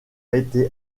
été